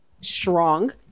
strong